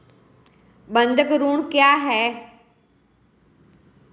बंधक ऋण क्या है?